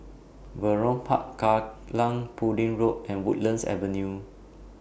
Vernon Park Kallang Pudding Road and Woodlands Avenue